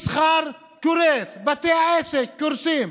מסחר קורס, בתי העסק קורסים,